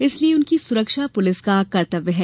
इसलिए उनकी सुरक्षा प्रलिस का कर्तव्य है